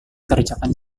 kerjakan